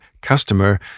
Customer